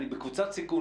אני בקבוצת סיכון,